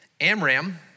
Amram